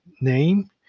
name